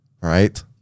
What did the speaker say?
right